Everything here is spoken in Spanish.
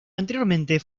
anteriormente